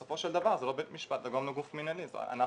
בסופו של דבר זה לא בית משפט וגם לא גוף מנהלי אז אנחנו,